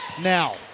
now